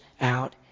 out